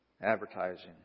advertising